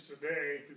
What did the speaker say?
today